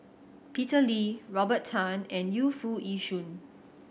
Peter Lee Robert Tan and Yu Foo Yee Shoon